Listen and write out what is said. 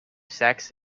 sex